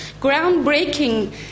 groundbreaking